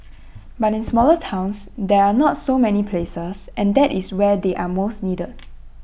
but in smaller towns there are not so many places and that is where they are most needed